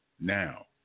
now